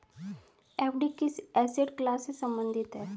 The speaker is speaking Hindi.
एफ.डी किस एसेट क्लास से संबंधित है?